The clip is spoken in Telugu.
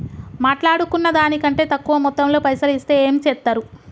మాట్లాడుకున్న దాని కంటే తక్కువ మొత్తంలో పైసలు ఇస్తే ఏం చేత్తరు?